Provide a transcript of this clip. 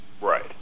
Right